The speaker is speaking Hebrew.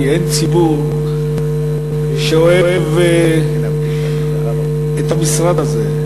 כי אין ציבור שאוהב את המשרד הזה.